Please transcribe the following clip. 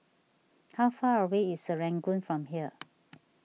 how far away is Serangoon from here